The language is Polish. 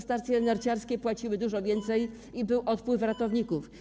Stacje narciarskie płaciły dużo więcej i był odpływ ratowników.